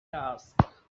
ask